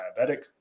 diabetic